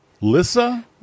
Lissa